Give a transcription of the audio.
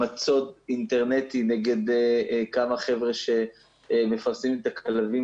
מצוד אינטרנטי נגד כמה חבר'ה שמפרסמים את הכלבים